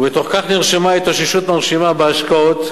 ובתוך כך נרשמה התאוששות מרשימה בהשקעות,